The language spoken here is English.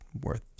worth